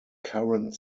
current